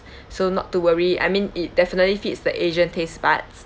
so not to worry I mean it definitely fits the asian taste buds